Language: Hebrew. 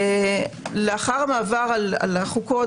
לאחר מעבר על החוקות